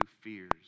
fears